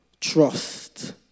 trust